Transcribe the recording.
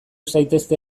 zaitezte